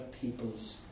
people's